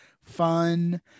fun